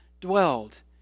dwelled